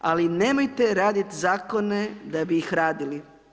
Ali nemojte raditi zakon da bi ih radili.